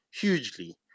hugely